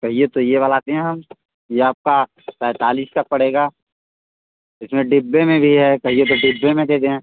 कहिए तो ये वाला दें हम ये आपका पैंतालिस का पड़ेगा इस में डिब्बे में भी है कहिए तो डिब्बे में दे दें